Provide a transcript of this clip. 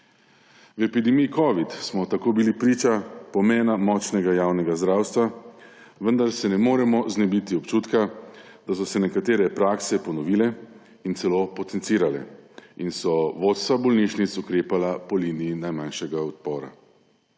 V epidemiji covida samo tako bili priča pomena močnega javnega zdravstva, vendar se ne moremo znebiti občutka, da so se nekatere prakse ponovile in celo potencirale in so vodstva bolnišnic ukrepala po liniji najmanjšega odpora.